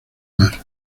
más